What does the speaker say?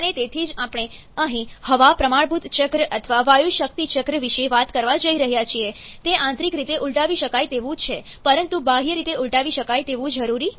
અને તેથી જ આપણે અહીં હવા પ્રમાણભૂત ચક્ર અથવા વાયુ શક્તિ ચક્ર વિશે વાત કરવા જઈ રહ્યા છીએ તે આંતરિક રીતે ઉલટાવી શકાય તેવું છે પરંતુ બાહ્ય રીતે ઉલટાવી શકાય તેવું જરૂરી નથી